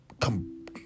come